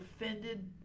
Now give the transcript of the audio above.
offended